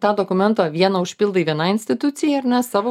tą dokumentą vieną užpildai vienai institucijai ar ne savo